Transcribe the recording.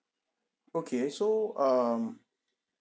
okay so um